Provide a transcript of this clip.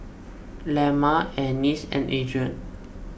Lemma Ennis and Adrien